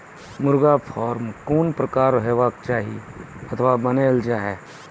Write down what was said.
मुर्गा फार्म कून प्रकारक हेवाक चाही अथवा बनेल जाये?